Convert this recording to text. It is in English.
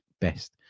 best